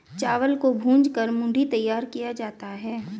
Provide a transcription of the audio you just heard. चावल को भूंज कर मूढ़ी तैयार किया जाता है